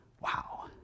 Wow